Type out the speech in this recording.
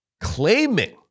claiming